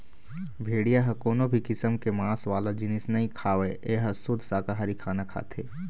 भेड़िया ह कोनो भी किसम के मांस वाला जिनिस नइ खावय ए ह सुद्ध साकाहारी खाना खाथे